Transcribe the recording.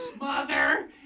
Mother